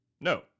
No